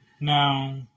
Now